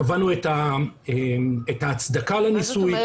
קבענו את ההצדקה לניסוי,